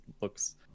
looks